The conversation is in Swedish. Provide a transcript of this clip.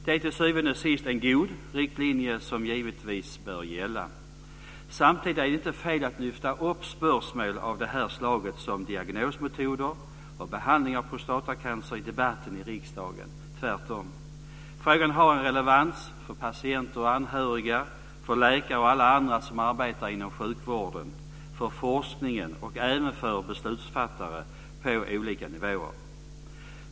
Det är till syvende och sist en god riktlinje som givetvis bör gälla. Samtidigt är det inte fel att lyfta upp spörsmål av det här slaget, dvs. diagnosmetoder och behandling av prostatacancer, i debatten i riksdagen. Tvärtom! Frågan har en relevans för patienter och anhöriga, för läkare och alla andra som arbetar inom sjukvården, för forskningen och även för beslutsfattare på olika nivåer.